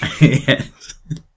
Yes